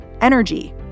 energy